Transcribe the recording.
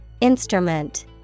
Instrument